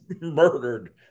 murdered